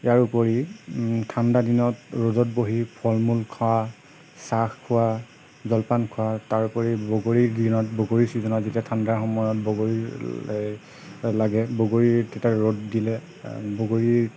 ইয়াৰোপৰি ঠাণ্ডা দিনত ৰ'দত বহি ফল মূল খোৱা চাহ খোৱা জলপান খোৱা তাৰোপৰি বগৰীৰ দিনত বগৰী ছিজনত যেতিয়া ঠাণ্ডাৰ সময়ত বগৰী লাগে বগৰীৰ তেতিয়া ৰ'দ দিলে বগৰী